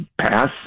pass